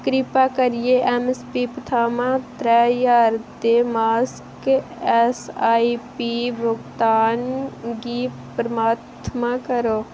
कृपा करियै ऐम्मस्वाइप थमां त्रैऽ ज्हार रुपये मासक ऐस्सआईपी भुगतान गी प्रमाणत करो